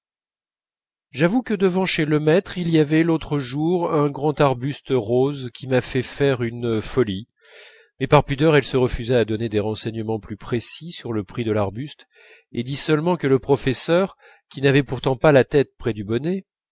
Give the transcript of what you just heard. j'avoue que devant chez lemaître il y avait l'autre jour un grand arbuste rose qui m'a fait faire une folie mais par pudeur elle se refusa à donner des renseignements plus précis sur le prix de l'arbuste et dit seulement que le professeur qui n'avait pourtant pas la tête près du bonnet